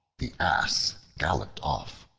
the ass galloped off.